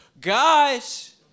guys